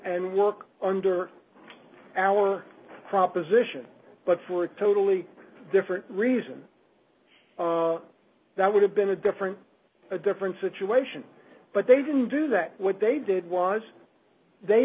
and work under our proposition but for a totally different reason that would have been a different a different situation but they didn't do that what they did was they